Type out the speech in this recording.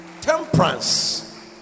temperance